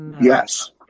Yes